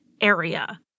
area